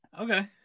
okay